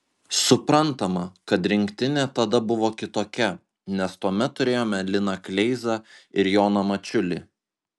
suprantama kad rinktinė tada buvo kitokia nes tuomet turėjome liną kleizą ir joną mačiulį